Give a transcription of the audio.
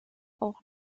auch